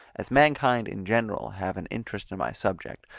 as mankind in general have an interest in my subject,